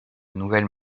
nouvelles